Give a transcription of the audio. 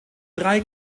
drei